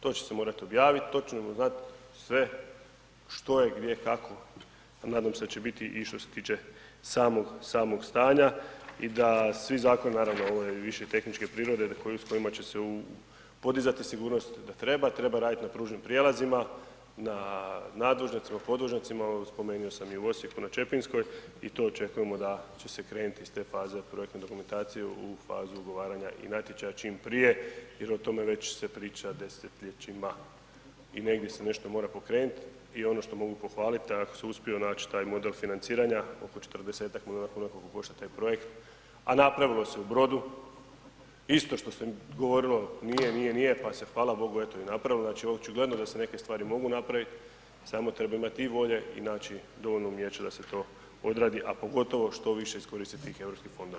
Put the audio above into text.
To će se morat objavit, to ćemo znat sve što je gdje, kako a nadam se da će biti i što se tiče samog stanja i da svi zakoni, naravno, ovo je više tehničke prirode, s kojima će se podizati sigurnost da treba, treba radit na pružnim prijelazima, na nadvožnjacima, podvožnjacima, spomenuo sam i u Osijeku na Čepinskoj i to očekujemo da će se krenuti iz te faze projektne dokumentacije u fazu ugovaranja i natječaja čim prije jer o tome već se priča desetljećima i negdje se nešto mora pokrenuti i ono što mogu pohvaliti a ako se uspije nać taj model financiranja, oko 40-ak milijuna kuna koliko košta taj projekt, a napravilo se u Brodu isto što se govorilo nije, nije, nije pa se fala bogu eto i napravilo, znači očigledno da se neke stvari mogu napravit, samo treba imat i volje i naći dovoljno umijeće da se to odradi a pogotovo što više iskoristiti tih europskih fondova.